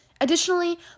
Additionally